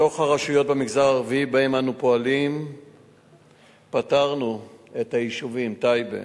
מתוך הרשויות במגזר הערבי שבהן אנו פועלים פטרנו את היישובים טייבה,